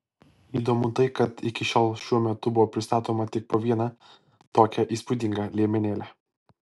įdomu tai kad iki šiol šou metu buvo pristatoma tik po vieną tokią įspūdingą liemenėlę